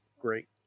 great